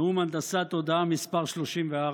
נאום הנדסת תודעה מס' 34,